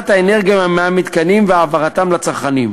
האנרגיה מהמתקנים והעברתה לצרכנים.